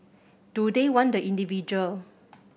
do they want the individual